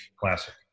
Classic